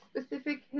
specific